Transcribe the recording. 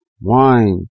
wine